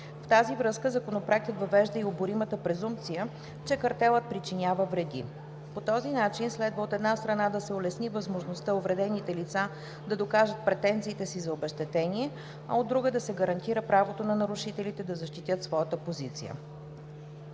В тази връзка Законопроектът въвежда и оборимата презумпция, че картелът причинява вреди. По този начин следва, от една страна, да се улесни възможността увредените лица да докажат претенциите си за обезщетение, а от друга – да се гарантира правото на нарушителите да защитят своята позиция.